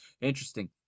Interesting